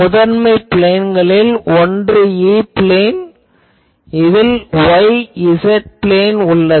முதன்மை ப்ளேன்களில் ஒன்று E ப்ளேன் இதில் y z ப்ளேன் உள்ளது